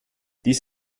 dies